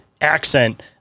accent